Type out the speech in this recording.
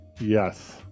Yes